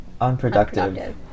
unproductive